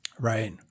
Right